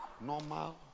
normal